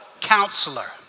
counselor